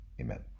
Amen